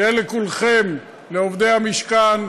שיהיה לכולכם, לעובדי המשכן,